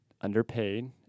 underpaid